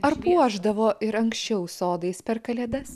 ar puošdavo ir anksčiau sodais per kalėdas